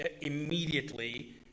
immediately